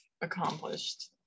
accomplished